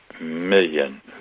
million